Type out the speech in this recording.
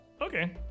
Okay